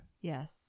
Yes